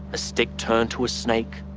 a stick turned to a snake,